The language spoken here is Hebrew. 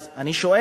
אז אני שואל: